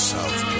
South